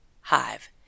hive